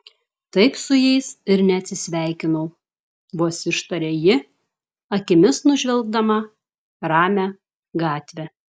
taip su jais ir neatsisveikinau vos ištarė ji akimis nužvelgdama ramią gatvę